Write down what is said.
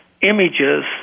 images